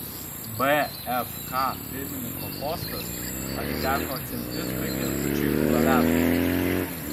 bfk pirmininko postas atiteko centristui kęstučiui glaveckui